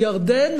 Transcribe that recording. ירדן,